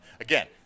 again